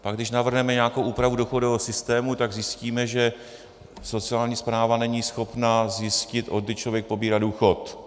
Pak když navrhujeme nějakou úpravu důchodového systému, tak zjistíme, že sociální správa není schopna zjistit, odkdy člověk pobírá důchod.